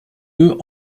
deux